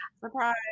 Surprise